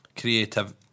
creative